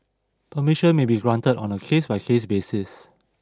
permission may be granted on a case by case basis